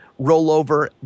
rollover